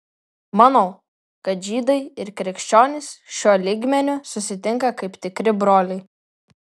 manau kad žydai ir krikščionys šiuo lygmeniu susitinka kaip tikri broliai